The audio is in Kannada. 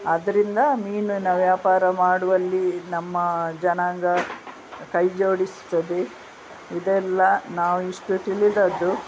ಅದರಿಂದ ಮೀನಿನ ವ್ಯಾಪಾರ ಮಾಡುವಲ್ಲಿ ನಮ್ಮ ಜನಾಂಗ ಕೈ ಜೋಡಿಸ್ತದೆ ಇದೆಲ್ಲ ನಾವು ಇಷ್ಟು ತಿಳಿದಿದ್ದು